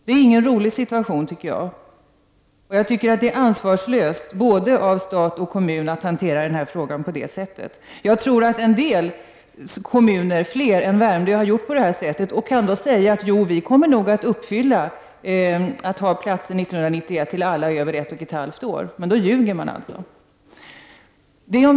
Detta är ingen rolig situation, och jag tycker att det är ansvarslöst av både stat och kommun att hantera denna fråga på detta sätt. Jag tror att fler kommuner än Värmdö kommun har gjort på detta sätt, och de kan då säga att de 1991 kommer att ha platser till alla barn över 1 1/2 år. Men då ljuger de alltså.